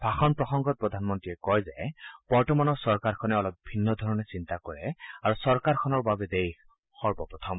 ভাষণ প্ৰসংগত প্ৰধানমন্ত্ৰীয়ে কয় যে বৰ্তমানৰ চৰকাৰখনে অলপ ভিন্ন ধৰণে চিন্তা কৰে আৰু চৰকাৰখনৰ বাবে দেশ সৰ্বপ্ৰথম